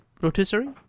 Rotisserie